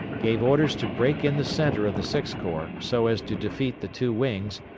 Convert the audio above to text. gave orders to break in the centre of the sixth corps so as to defeat the two wings,